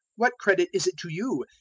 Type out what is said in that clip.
what credit is it to you?